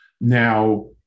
Now